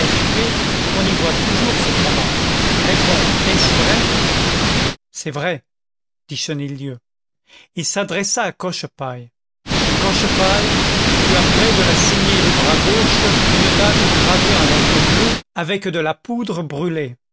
qu'on y voit toujours cependant réponds est-ce vrai c'est vrai dit chenildieu il s'adressa à cochepaille cochepaille tu as près de la saignée du bras gauche une date gravée en lettres bleues avec de la poudre brûlée